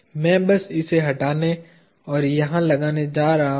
मैं बस इसे हटाने और यहां लगाने जा रहा हूं